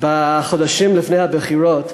בחודשים לפני הבחירות,